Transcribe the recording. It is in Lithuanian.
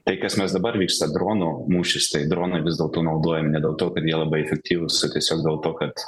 tai kas mes dabar vyksta dronų mūšis tai dronai vis dėlto naudojami ne dėl to kad jie labai efektyvūs o tiesiog dėl to kad